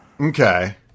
Okay